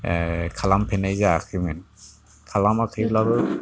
खालामफेरनाय जायाखैमोन खालामाखैब्लाबो